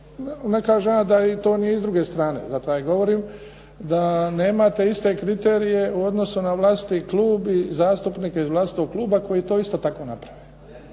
ne kažem ja da i to nije iz druge strane, zato i ja govorim, da nemate iste kriterije u odnosu na vlastiti klub i zastupnike iz vlastitog kluba koji to isto tako naprave.